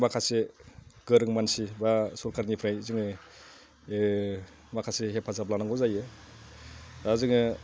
माखासे गोरों मानसि बा सरखारनिफ्राय जोङो माखासे हेफाजाब लानांगौ जायो दा जोङो